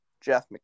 Jeff